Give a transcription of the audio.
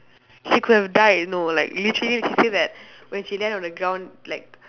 she could have died you know like literally she say that when she land on the ground like